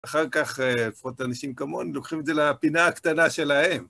אחר כך לפחות אנשים כמוני לוקחים את זה לפינה הקטנה שלהם.